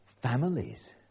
families